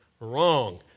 Wrong